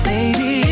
Baby